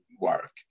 work